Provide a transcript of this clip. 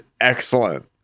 excellent